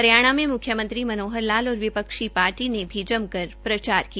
हरियाणा के मुख्यमंत्री मनोहर लाल और विपक्षी पार्टी ने भी जमकर प्रचार किया